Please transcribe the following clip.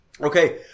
Okay